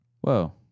Whoa